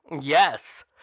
Yes